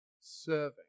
serving